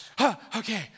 Okay